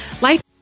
life